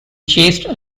chased